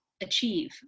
achieve